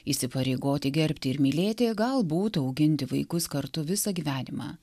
įsipareigoti gerbti ir mylėti galbūt auginti vaikus kartu visą gyvenimą